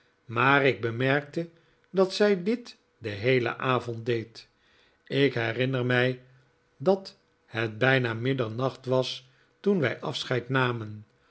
maar ik bemerkte dat zij dit den heelen avond deed ik herinner mij dat het bijna middernacht was toen wij afscheid namen